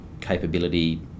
capability